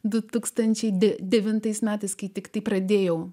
du tūkstančiai de devintais metais kai tiktai pradėjau